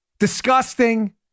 Disgusting